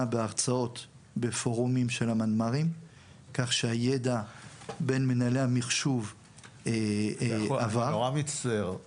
בפורום מנמ"רים שזה כל מנהלי המחשוב במשרדי